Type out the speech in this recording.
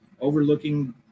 overlooking